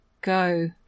go